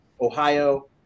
Ohio